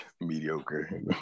Mediocre